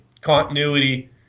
continuity